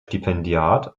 stipendiat